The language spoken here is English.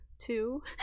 two